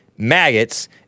maggots